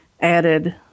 added